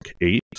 eight